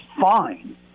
fine